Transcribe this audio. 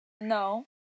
No